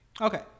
Okay